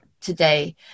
today